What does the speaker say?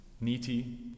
niti